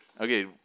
Okay